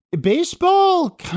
baseball